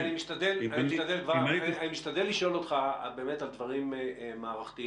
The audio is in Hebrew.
אני משתדל לשאול אתך על דברים מערכתיים.